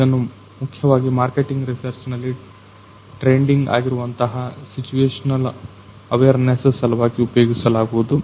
ಇದನ್ನು ಮುಖ್ಯವಾಗಿ marketing research ನಲ್ಲಿ ಟ್ರೆಂಡಿಂಗ್ ಆಗಿರುವಂತಹ ಸಿಚುವೇಶನಲ್ ಅವೇರ್ನೆಸ್ ಸಲುವಾಗಿ ಉಪಯೋಗಿಸಲಾಗುವುದು